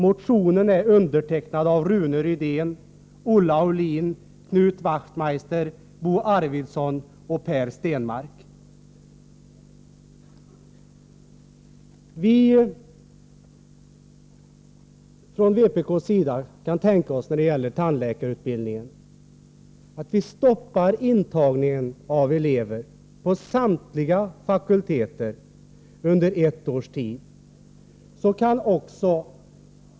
Motionen är undertecknad av Rune Rydén, Olle Aulin, Knut Wachtmeister, Bo Arvidson och Per Stenmarck. Från vpk:s sida kan vi tänka oss när det gäller tandläkarutbildningen att stoppa intagningen av elever på samtliga fakulteter under ett års tid.